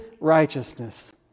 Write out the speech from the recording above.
righteousness